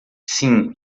sim